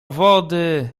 wody